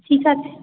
ঠিক আছে